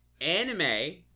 Anime